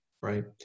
right